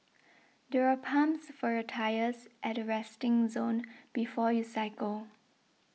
there are pumps for your tyres at the resting zone before you cycle